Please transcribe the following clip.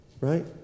right